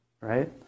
Right